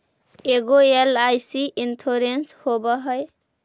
ऐगो LIC insurance होव है?